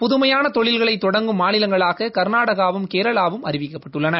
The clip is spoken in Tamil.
புதுமையாள தொழில்களை தொடங்கும் மாநிலங்களாக கள்நாடகாவும் கேரளாவும் அறிவிக்கப்பட்டுள்ளன